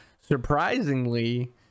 Surprisingly